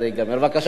בבקשה, אדוני.